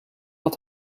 had